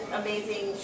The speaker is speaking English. amazing